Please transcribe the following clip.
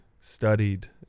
studied